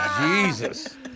Jesus